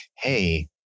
hey